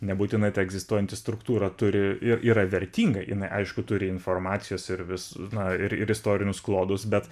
nebūtinai ta egzistuojanti struktūra turi ir yra vertinga jinai aišku turi informacijos ir vis na ir ir istorinius klodus bet